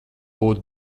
būt